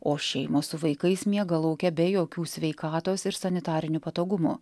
o šeimos su vaikais miega lauke be jokių sveikatos ir sanitarinių patogumų